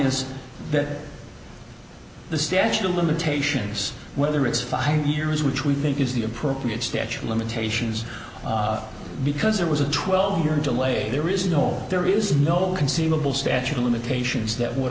is that the statute of limitations whether it's five years which we think is the appropriate statute of limitations because there was a twelve year delay there is no there is no conceivable statute of limitations that would